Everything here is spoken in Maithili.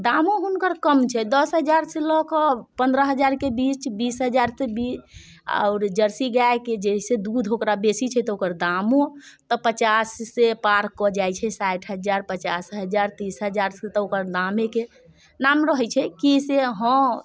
दामो हुनकर कम छै दस हजारसँ लऽ कऽ पन्द्रह हजारके बीच बीस हजारके बीच आओर जर्सी गायके जैसे दूध ओकरा बेसी छै तऽ ओकरो दामो तऽ पचाससँ पार कऽ जाइत छै साठि हजार पचास हजार तीस हजार तऽ ओकर दामेके नाम रहैत छै कि से हँ